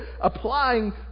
applying